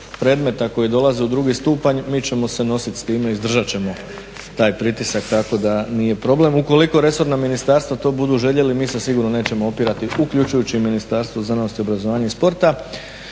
predmeta koji dolaze u drugi stupanj mi ćemo se nositi s time i izdržat ćemo taj pritisak. Tako da nije problem. Ukoliko resorna ministarstva to budu željela mi se sigurno nećemo opirati uključujući i Ministarstvo znanosti, obrazovanja i sporta.